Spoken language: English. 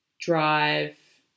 drive